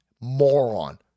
moron